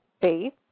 faith